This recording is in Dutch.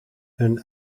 hun